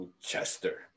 Chester